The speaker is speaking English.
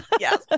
Yes